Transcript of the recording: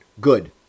Good